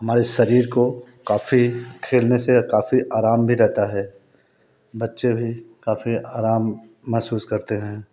हमारे शरीर को काफ़ी खेलने से काफ़ी आराम भी रहता है बच्चे भी काफ़ी आराम महसूस करते हैं